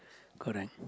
correct